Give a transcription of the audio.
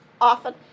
often